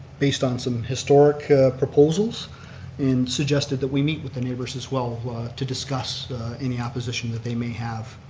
based on some historic proposals and suggested that we meet with the neighbors as well to discuss any opposition that they may have.